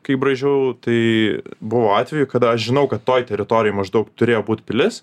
kai braižiau tai buvo atvejų kada aš žinau kad toj teritorijoj maždaug turėjo būt pilis